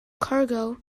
cargo